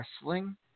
wrestling